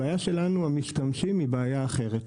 הבעיה שלנו, המשתמשים, היא בעיה אחרת,